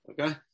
Okay